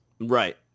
Right